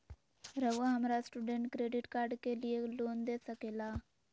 रहुआ हमरा student credit card के लिए लोन दे सके ला?